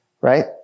Right